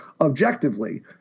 objectively